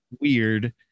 weird